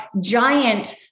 giant